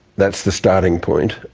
that's the starting point,